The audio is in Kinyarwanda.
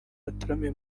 bataramiye